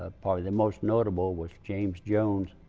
ah probably the most notable was james jones,